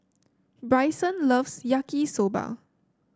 Brycen loves Yaki Soba